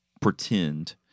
pretend